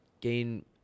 gain